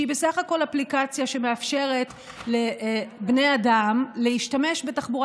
שהיא בסך הכול אפליקציה שמאפשרת לבני אדם להשתמש בתחבורה